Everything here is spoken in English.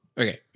Okay